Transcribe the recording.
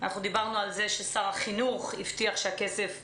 דיברנו על כך ששר החינוך הבטיח שהכסף יחזור,